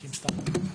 זה מוסב.